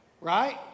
Right